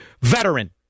veteran